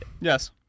Yes